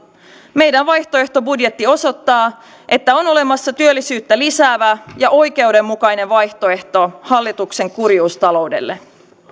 meidän vaihtoehtobudjettimme osoittaa että on olemassa työllisyyttä lisäävä ja oikeudenmukainen vaihtoehto hallituksen kurjuustaloudelle